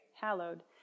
Hallowed